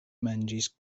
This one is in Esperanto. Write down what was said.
manĝis